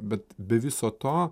bet be viso to